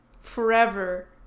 forever